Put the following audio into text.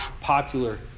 popular